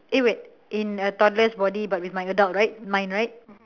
eh wait in a toddler's body but with my adult right mind right